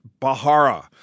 Bahara